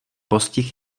postih